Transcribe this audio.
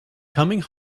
coming